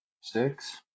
Six